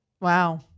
Wow